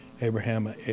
Abraham